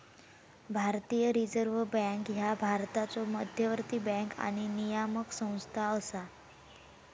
भारतीय reserve bank ह्या भारताचो मध्यवर्ती बँक आणि नियामक संस्था असा